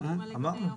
מעבר.